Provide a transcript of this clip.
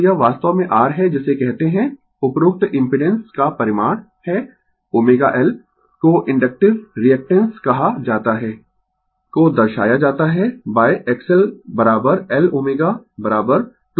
तो यह वास्तव में r है जिसे कहते है उपरोक्त इम्पिडेंस का परिमाण है ω L को इन्डक्टिव रीएक्टेन्स कहा जाता हैI को दर्शाया जाता है X L L ω2πf L